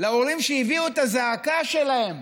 להורים שהביאו את הזעקה שלהם